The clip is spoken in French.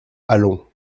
allons